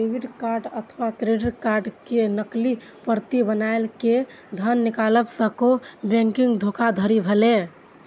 debit card अथवा credit card के नकली प्रति बनाय कें धन निकालब सेहो बैंकिंग धोखाधड़ी भेलै